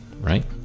right